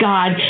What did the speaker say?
God